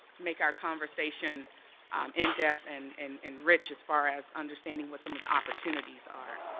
make our conversation in depth and and and rich as far as understanding what some of the opportunities are.